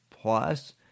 plus